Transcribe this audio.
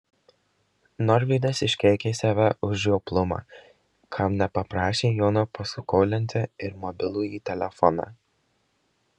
norvydas iškeikė save už žioplumą kam nepaprašė jono paskolinti ir mobilųjį telefoną